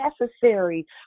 necessary